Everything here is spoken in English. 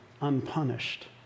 unpunished